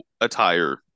attire